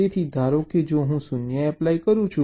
તેથી ધારો કે જો હું 0 0 એપ્લાય કરું છું